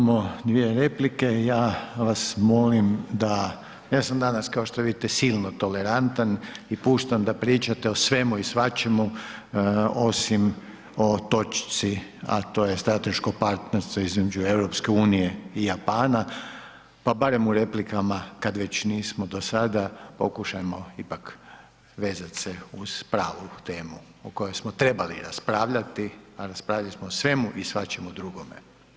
Imamo dvije replike, ja vas molim da, ja sam danas kao što vidite silno tolerantan i puštam da pričate o svemu i svačemu osim o točci a to je strateško partnerstvo između EU i Japana pa barem u replikama kad već nismo do sada pokušajmo ipak vezat se uz pravu temu o kojoj smo trebali raspravljati a raspravljali smo o svemu i svačemu drugome.